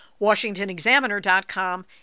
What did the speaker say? WashingtonExaminer.com